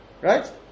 Right